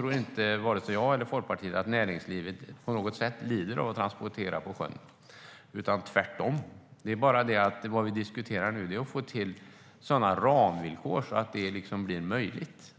Varken Folkpartiet eller jag tror att näringslivet på något sätt lider av att transportera på sjön - tvärtom. Men det som vi nu diskuterar är att få till sådana ramvillkor så att det blir möjligt.